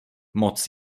moc